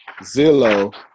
Zillow